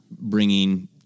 bringing